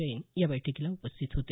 जैन या बैठकीला उपस्थित होते